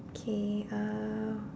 K uh